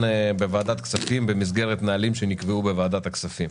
בוועדת הכספים במסגרת נהלים שנקבעו בוועדת הכספים.